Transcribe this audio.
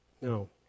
No